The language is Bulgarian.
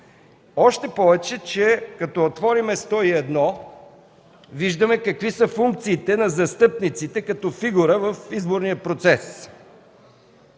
Още повече, че като отворим 101, виждаме какви са функциите на застъпниците като фигура в изборния процес: